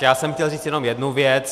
Já jsem chtěl říct jenom jednu věc.